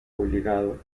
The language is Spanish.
obligado